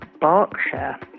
Berkshire